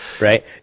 Right